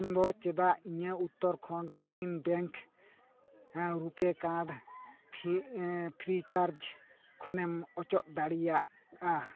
ᱟᱢᱫᱚ ᱪᱮᱫᱟᱜ ᱤᱧᱟᱹᱜ Uttarakhand Gramin bank RuPay card free charge ᱠᱷᱚᱱᱮᱢ ᱚᱪᱚᱜ ᱫᱟᱲᱮᱭᱟᱜᱼᱟ